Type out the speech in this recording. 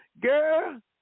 Girl